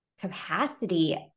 capacity